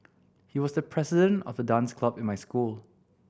he was the president of the dance club in my school